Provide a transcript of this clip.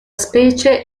specie